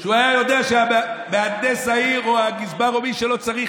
שהוא היה יודע שמהנדס העיר או הגזבר או מי שצריך,